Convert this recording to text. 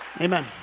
Amen